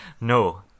No